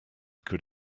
could